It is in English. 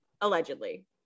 allegedly